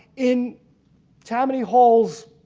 in tammany hall's